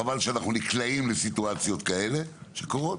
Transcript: חבל שאנחנו נקלעים לסיטואציות כאלה שקורות,